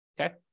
okay